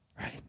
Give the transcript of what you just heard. right